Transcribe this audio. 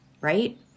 right